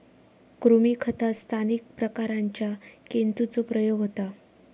कृमी खतात स्थानिक प्रकारांच्या केंचुचो प्रयोग होता